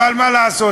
אבל מה לעשות,